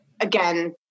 again